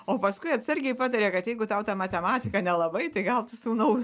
o paskui atsargiai patarė kad jeigu tau ta matematika nelabai tai gal tu sūnau